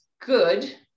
good